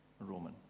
Roman